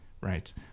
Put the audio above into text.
right